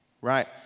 right